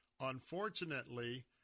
Unfortunately